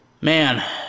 man